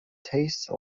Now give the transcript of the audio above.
taste